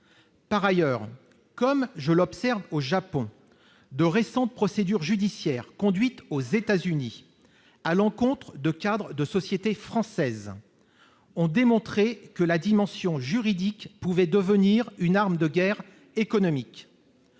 Par ailleurs, comme au Japon, des procédures judiciaires conduites récemment aux États-Unis à l'encontre de cadres de sociétés françaises ont montré que la dimension juridique pouvait devenir une arme de guerre économique.